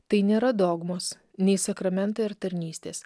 tai nėra dogmos nei sakramentai ir tarnystės